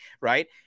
right